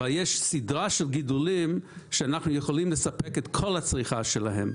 אבל יש סדרה של גידולים שאנחנו יכולים לספק את כל הצריכה שלהם,